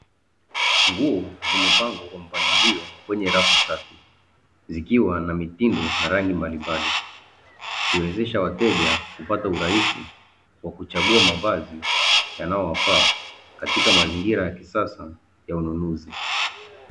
Nguo zimepangwa kwa mpangilio kwenye rafu safi zikiwa na mitindo na rangi mbalimbali, zikiwezesha wateja kupata urahisi wa kuchagua mavazi yanayo wafaa katika mazingira ya kisasa ya ununuzi.